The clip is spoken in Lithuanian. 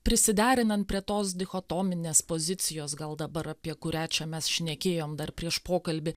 prisiderinam prie tos dichotominės pozicijos gal dabar apie kurią čia mes šnekėjom dar prieš pokalbį